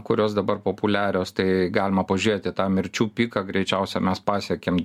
kurios dabar populiarios tai galima pažėti tą mirčių piką greičiausia mes pasiekėm